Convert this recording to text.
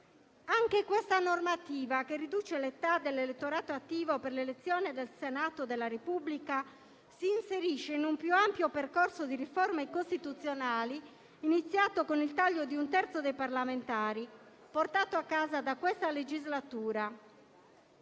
nostro esame che riduce l'età dell'elettorato attivo per l'elezione del Senato della Repubblica si inserisce in un più ampio percorso di riforme costituzionali, iniziato con il taglio di un terzo dei parlamentari, portato a casa da questa legislatura.